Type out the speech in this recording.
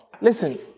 Listen